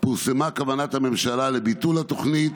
פורסמה כוונת הממשלה לביטול התוכנית